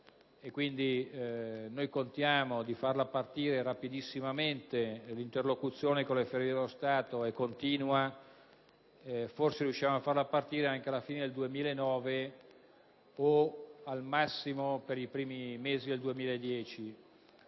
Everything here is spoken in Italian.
quindi, contiamo di farlo partire rapidissimamente; l'interlocuzione con le Ferrovie dello Stato è continua, forse riusciremo ad iniziare i lavori anche alla fine del 2009 o al massimo per i primi mesi del 2010.